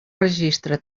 registre